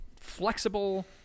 flexible